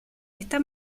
está